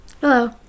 Hello